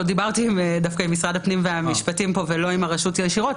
דווקא דיברתי עם משרד הפנים ומשרד המשפטים ולא עם הרשות ישירות,